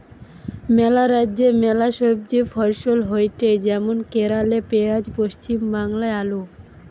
ম্যালা রাজ্যে ম্যালা সবজি ফসল হয়টে যেমন কেরালে পেঁয়াজ, পশ্চিম বাংলায় আলু